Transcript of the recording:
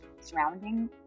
surrounding